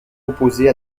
opposée